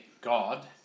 God